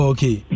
Okay